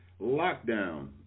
lockdown